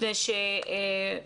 מפני שהוא